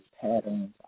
patterns